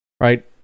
Right